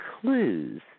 clues